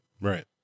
Right